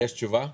יש תשובה?